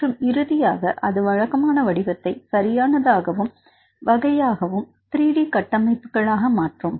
மற்றும் இறுதியாக அது வழக்கமான வடிவத்தை சரியானதாகவும் வகையாகவும் 3 டி கட்டமைப்புகளாக பெறும்